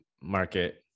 market